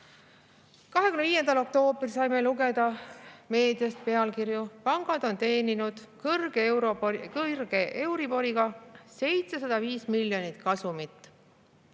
25. oktoobril saime lugeda meediast pealkirju, et pangad on teeninud kõrge euriboriga 705 miljonit kasumit.